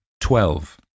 Twelve